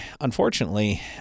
unfortunately